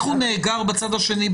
דרך אגב,